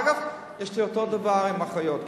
אגב, יש לי אותו הדבר עם האחיות כרגע.